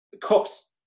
cops